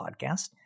podcast